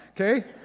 okay